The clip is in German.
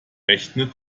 rechnet